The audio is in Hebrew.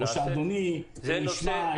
הנושא שעל סדר היום: הצעת חוק הגז הפחמימני המעובה,